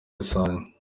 rusange